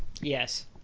Yes